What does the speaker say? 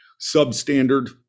substandard